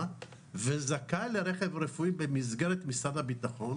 וזכאי לרכב רפואי במסגרת משרד הביטחון,